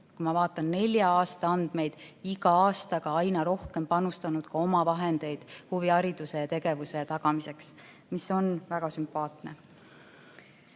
kui ma vaatan nelja aasta andmeid, iga aastaga aina rohkem panustanud oma raha huvihariduse ja -tegevuse tagamisse, mis on väga sümpaatne.